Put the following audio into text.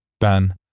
Ben